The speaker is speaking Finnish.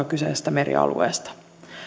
kyseisestä merialueesta